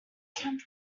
can